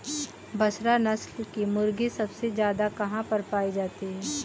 बसरा नस्ल की मुर्गी सबसे ज्यादा कहाँ पर पाई जाती है?